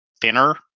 thinner